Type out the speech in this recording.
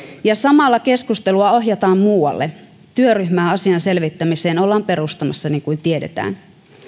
ja samalla keskustelua ohjataan muualle työryhmää asian selvittämiseen ollaan perustamassa niin kuin tiedetään